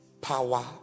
Power